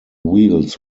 wheels